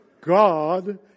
God